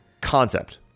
concept